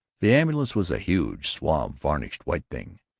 the ambulance was a huge, suave, varnished, white thing.